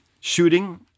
shooting